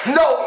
no